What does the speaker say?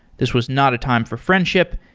this was not a time for friendship.